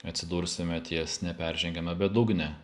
atsidursime ties neperžengiama bedugne